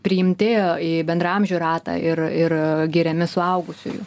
priimti į bendraamžių ratą ir ir giriami suaugusiųjų